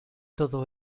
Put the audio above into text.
todo